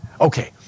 Okay